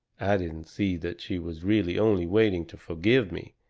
i didn't see that she was really only waiting to forgive me,